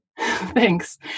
Thanks